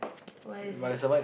where is it